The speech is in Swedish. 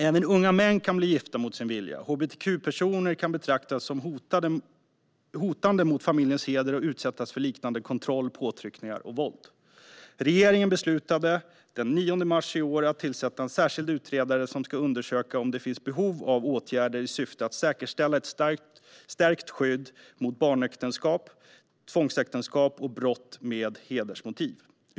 Även unga män kan bli gifta mot sin vilja. Hbtq-personer kan betraktas som hotande mot familjens heder och utsättas för liknande kontroll, påtryckningar och våld. Regeringen beslutade den 9 mars i år att tillsätta en särskild utredare som ska undersöka om det finns behov av åtgärder i syfte att säkerställa ett stärkt skydd mot barnäktenskap, tvångsäktenskap och brott med hedersmotiv.